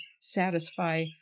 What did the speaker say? satisfy